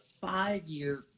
five-year